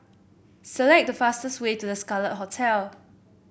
select the fastest way to The Scarlet Hotel